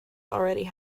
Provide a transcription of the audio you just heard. already